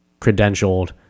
credentialed